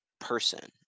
person